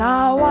Now